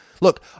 Look